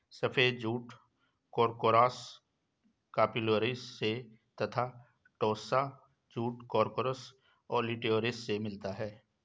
सफ़ेद जूट कोर्कोरस कप्स्युलारिस से तथा टोस्सा जूट कोर्कोरस ओलिटोरियस से मिलता है